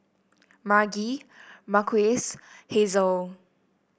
Margie Marques Hazelle